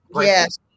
yes